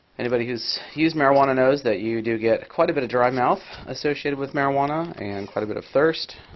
anybody who's used marijuana knows that you do get quite a bit dry mouth associated with marijuana and quite a bit of thirst.